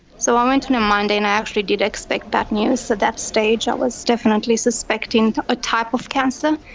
so i went in on um monday and i actually did expect bad news. at that stage, i was definitely suspecting a type of cancer.